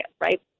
right